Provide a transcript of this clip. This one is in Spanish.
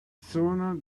zona